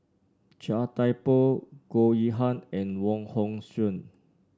Chia Thye Poh Goh Yihan and Wong Hong Suen